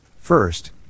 First